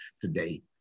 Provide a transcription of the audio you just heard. today